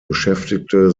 beschäftigte